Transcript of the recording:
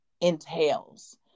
entails